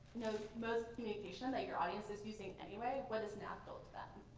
most communication and that your audience is using anyway, what is natural to them?